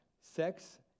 Sex